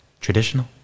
Traditional